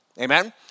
Amen